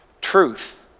Truth